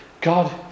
God